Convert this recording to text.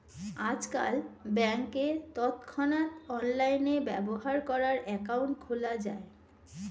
আজকাল ব্যাংকে তৎক্ষণাৎ অনলাইনে ব্যবহার করার অ্যাকাউন্ট খোলা যায়